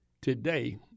today